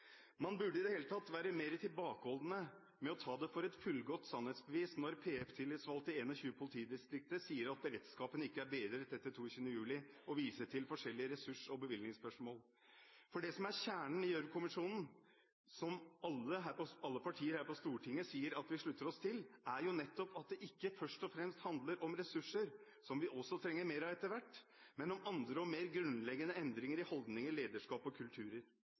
Man burde i det hele tatt være mer tilbakeholdne med å ta det for et fullgodt sannhetsbevis når PF-tillitsvalgte i 21 politidistrikter sier at beredskapen ikke er bedret etter 22. juli og viser til forskjellige ressurs- og bevilgningsspørsmål. For det som er kjernen i Gjørv-kommisjonen, som alle partier her på Stortinget sier at de slutter seg til, er jo nettopp at det ikke først og fremst handler om ressurser som vi også trenger mer av etter hvert, men om andre og mer grunnleggende endringer i holdninger, lederskap og